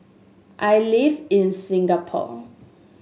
I live in Singapore